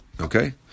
okay